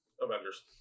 Avengers